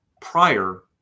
prior